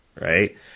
right